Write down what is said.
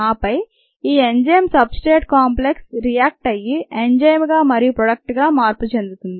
ఆపై ఈ enzyme substrate complex react అయ్యి ఎంజైమ్గా మరియు ప్రోడక్ట్గా మార్పు చెందుతుంది